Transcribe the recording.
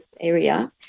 area